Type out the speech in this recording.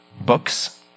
books